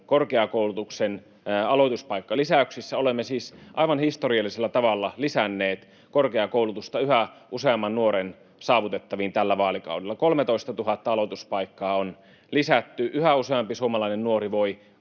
korkeakoulutuksen aloituspaikkalisäyksiä. Olemme siis aivan historiallisella tavalla lisänneet korkeakoulutusta yhä useamman nuoren saavutettaviin tällä vaalikaudella, 13 000 aloituspaikkaa on lisätty. Yhä useampi suomalainen nuori voi